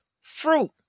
fruit